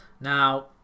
Now